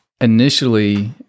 initially